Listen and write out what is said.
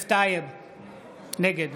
נגד